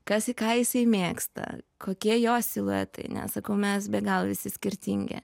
kas į ką jisai mėgsta kokie jo siluetai nesakau mes be galo visi skirtingi